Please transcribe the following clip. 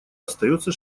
остаётся